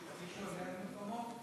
מישהו עונה במקומו?